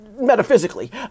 metaphysically